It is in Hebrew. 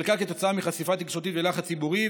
חלקה כתוצאה מחשיפה תקשורתית ולחץ ציבורי,